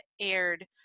aired